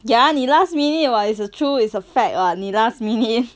ya 你 last minute [what] it's true it's a fact [what] 你 last minute